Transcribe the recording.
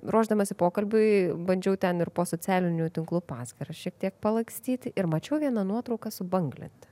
ruošdamasi pokalbiui bandžiau ten ir po socialinių tinklų paskyras šiek tiek palakstyti ir mačiau vieną nuotrauką su banglente